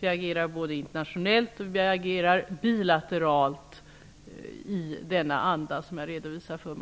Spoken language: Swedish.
Vi agerar både internationellt och bilateralt i den anda som jag redovisade för